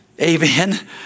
Amen